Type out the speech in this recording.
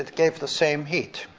gave the same heat.